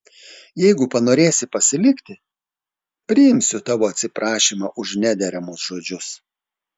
jeigu panorėsi pasilikti priimsiu tavo atsiprašymą už nederamus žodžius